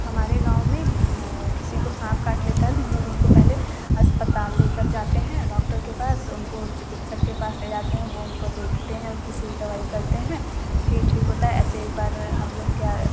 हमारे गाँव में किसी को साँप काट लेता है तो हम लोग पहले अस्पताल ले कर जाते हैं डॉक्टर के पास उनको चिकित्सक के पास ले जाते हैं वो उनको देखते हैं उनकी सुई दवाई करते हैं फिर ठीक होता है ऐसे एक बार हम लोग क्या